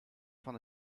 van